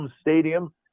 Stadium